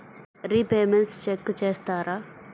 Repayments check చేస్తారా?